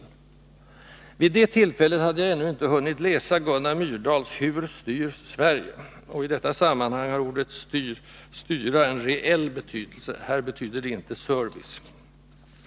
Vid det tillfället hade jag ännu inte hunnit läsa Gunnar Myrdals ”Hur styrs Sverige?” — och i detta sammanhang har ordet ”styra” en reell betydelse; här betyder det inte service.